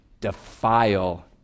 defile